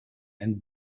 and